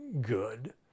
good